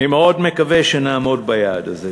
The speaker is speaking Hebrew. אני מאוד מקווה שנעמוד ביעד הזה.